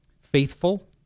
faithful